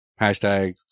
Hashtag